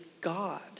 God